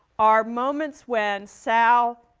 are moments when sal